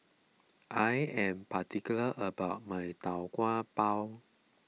I am particular about my Tau Kwa Pau